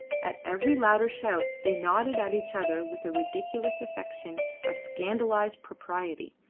at every louder shout they nodded at each other with a ridiculous affectation of scandalised propriety,